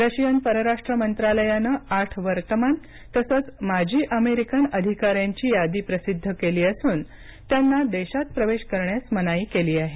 Russian परराष्ट्र मंत्रालयाने आठ वर्तमान तसच माजी अमेरिकन अधिकाऱ्यांची यादी प्रसिद्ध केली असून त्यांना देशात प्रवेश करण्यास मनाई केली आहे